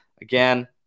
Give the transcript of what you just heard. again